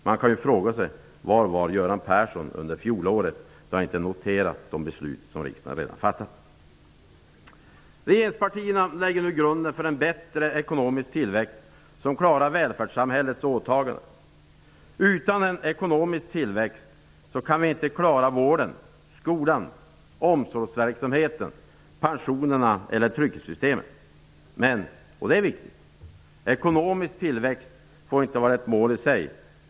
Man kan ju fråga sig var Göran Persson var under fjolåret, då han inte har noterat de beslut som riksdagen redan har fattat. Regeringspartierna lägger nu grunden för en bättre ekonomisk tillväxt, som klarar välfärdssamhällets åtaganden. Utan en ekonomisk tillväxt kan vi inte klara vården, skolan, omsorgsverksamheten, pensionerna eller trygghetssystemen. Men -- och det är viktigt -- ekonomisk tillväxt får inte vara ett mål i sig.